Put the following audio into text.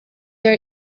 der